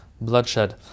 bloodshed